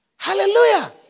Hallelujah